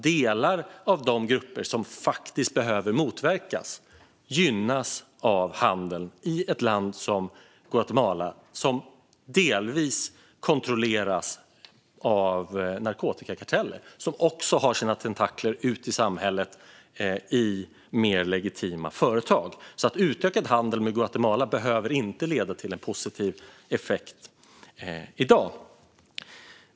Delar av de grupper som faktiskt behöver motverkas gynnas nämligen av handeln i ett land som Guatemala, som delvis kontrolleras av narkotikakarteller med tentakler även ut i mer legitima företag i samhället. Utökad handel med Guatemala behöver alltså inte ge en positiv effekt i dag.